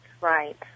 right